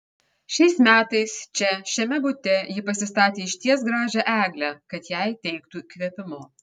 šiais metais čia šiame bute ji pasistatė išties gražią eglę kad jai teiktų įkvėpimo